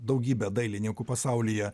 daugybė dailininkų pasaulyje